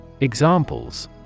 Examples